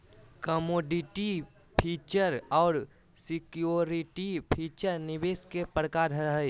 commodity future आर security future निवेश के प्रकार हय